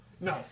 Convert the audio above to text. No